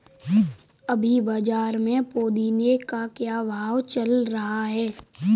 अभी बाज़ार में पुदीने का क्या भाव चल रहा है